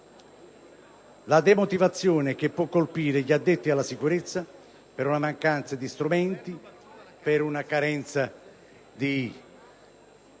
la demotivazione che può colpire gli addetti alla sicurezza per la mancanza di strumenti (in particolare di